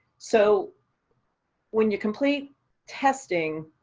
so when you complete testing,